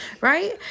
right